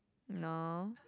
no